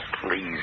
please